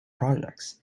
projects